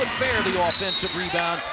fair, the ah offensive rebound,